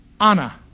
Anna